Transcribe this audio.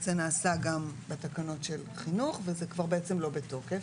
זה נעשה גם בתקנות של חינוך וזה כבר לא בתוקף,